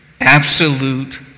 absolute